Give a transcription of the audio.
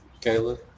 Kayla